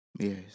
Yes